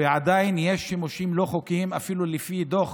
ועדיין יש שימושים לא חוקיים אפילו לפי דוח